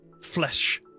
flesh